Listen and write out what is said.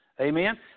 Amen